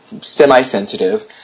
semi-sensitive